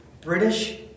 British